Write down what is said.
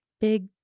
big